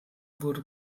wurde